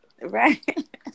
Right